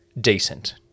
decent